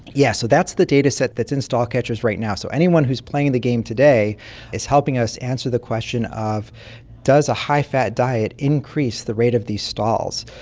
yes, so that the dataset that's in stall catchers right now. so anyone who is playing the game today is helping us answer the question of does a high-fat diet increase the rate of these stalls?